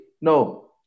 No